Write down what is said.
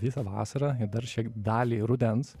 visą vasarą dar šiek dalį rudens